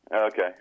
Okay